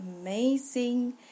amazing